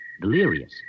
delirious